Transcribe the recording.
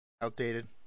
outdated